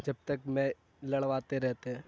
جب تک میں لڑواتے رہتے ہیں